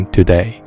Today